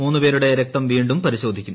മൂന്ന് പേരുടെ രക്തം വീണ്ടും പരിശോധിക്കും